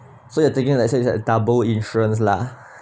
so you're taking let's say it's like double insurance lah